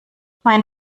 mein